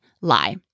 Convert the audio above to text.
lie